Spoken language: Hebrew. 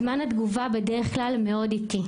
זמן התגובה בדרך כלל מאוד איטי.